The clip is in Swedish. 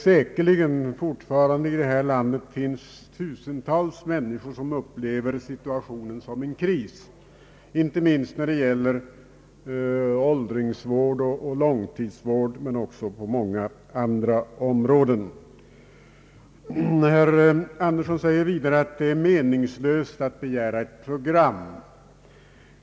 Säkerligen finns det i detta land fortfarande tusentals människor, som upplever situationen såsom en kris, inte minst när det gäller åldringsvård och långtidsvård men också på andra områden. Herr Birger Andersson säger vidare att det är meningslöst att begära ett program.